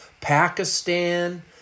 Pakistan